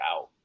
out